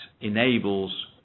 enables